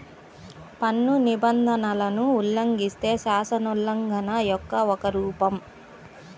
పన్ను నిబంధనలను ఉల్లంఘిస్తే, శాసనోల్లంఘన యొక్క ఒక రూపం